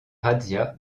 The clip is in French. razzias